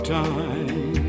time